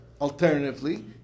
alternatively